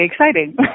exciting